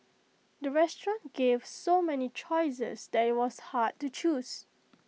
the restaurant gave so many choices that IT was hard to choose